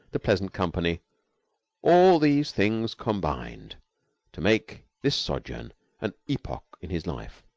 the pleasant company all these things combined to make this sojourn an epoch in his life.